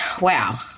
wow